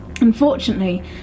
Unfortunately